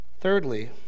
Thirdly